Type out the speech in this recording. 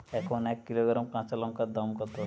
এখন এক কিলোগ্রাম কাঁচা লঙ্কার দাম কত?